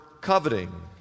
coveting